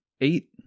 eight